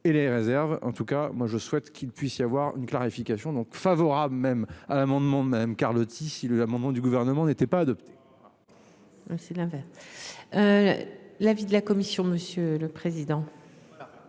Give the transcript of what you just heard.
et les réserves en tout cas moi je souhaite qu'il puisse y avoir une clarification donc favorable même amendement même Carlotti si l'amendement du gouvernement n'était pas de. C'est l'inverse. L'avis de la commission, monsieur le président.